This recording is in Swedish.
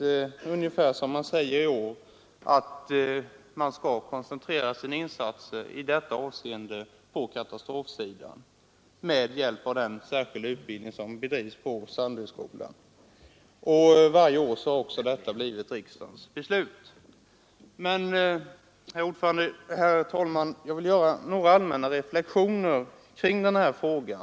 På ungefär samma sätt som skett i år har man framhållit att insatserna i detta avseende bör koncentreras på katastrofsidan med hjälp av den särskilda utbildning som bedrivs på Sandöskolan. Varje år har detta också blivit riksdagens beslut. Jag vill, herr talman, göra några allmänna reflexioner kring denna fråga.